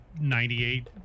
98